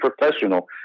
professional